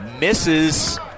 Misses